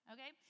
Okay